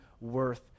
worth